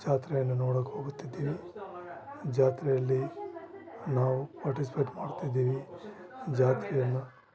ಜಾತ್ರೆಯನ್ನು ನೋಡೊಕೆ ಹೋಗುತ್ತಿದೀವಿ ಜಾತ್ರೆಯಲ್ಲಿ ನಾವು ಪಾರ್ಟಿಸ್ಪೇಟ್ ಮಾಡ್ತಿದ್ದೀವಿ ಜಾತ್ರೆಯನ್ನು